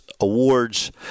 awards